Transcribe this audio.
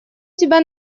тебя